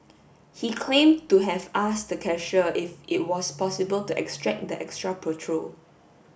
he claim to have asked the cashier if it was possible to extract the extra petrol